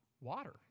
water